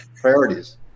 priorities